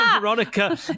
Veronica